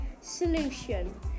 Solution